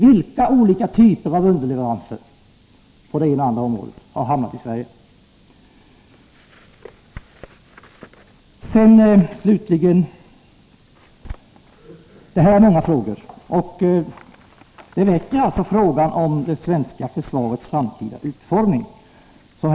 Vilka olika typer av underleveranser på det ena och det andra området har hamnat i Sverige? Slutligen vill jag säga att alla dessa frågor tillsammans väcker frågan om det svenska försvarets framtida utformning.